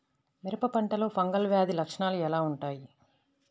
మిరప పంటలో ఫంగల్ వ్యాధి లక్షణాలు ఎలా వుంటాయి?